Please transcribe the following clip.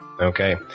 Okay